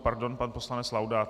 Pardon, pan poslanec Laudát.